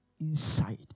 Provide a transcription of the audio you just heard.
inside